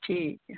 ठीक ऐ